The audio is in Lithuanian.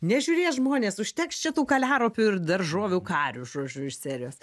nežiūrės žmonės užteks čia tų kaliaropių ir daržovių karių žodžiu iš serijos